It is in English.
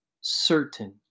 certain